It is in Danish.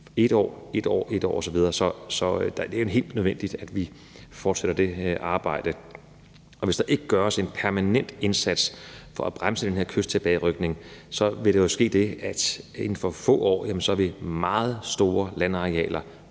af kysten, år for år. Så det er helt nødvendigt, at vi fortsætter det arbejde. Hvis der ikke gøres en permanent indsats for at bremse den her kysttilbagerykning, vil der jo ske det, at inden for få år vil meget store landarealer